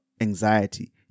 anxiety